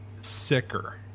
sicker